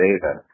data